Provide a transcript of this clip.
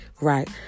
Right